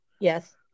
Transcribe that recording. Yes